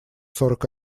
сорок